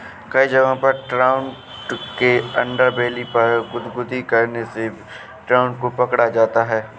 कई जगहों पर ट्राउट के अंडरबेली पर गुदगुदी करने से भी ट्राउट को पकड़ा जाता है